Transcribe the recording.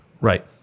Right